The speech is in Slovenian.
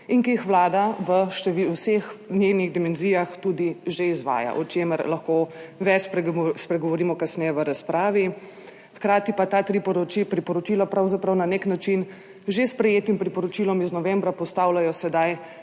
in ki jih Vlada v vseh njenih dimenzijah tudi že izvaja, o čemer lahko več spregovorimo kasneje v razpravi. Hkrati pa ta tri priporočila pravzaprav na nek način že sprejetim priporočilom iz novembra postavljajo sedaj